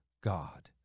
God